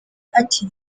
ati